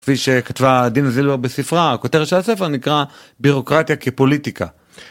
כפי שכתבה דינה זילבר בספרה, הכותרת של הספר נקרא בירוקרטיה כפוליטיקה.